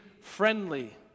friendly